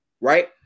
right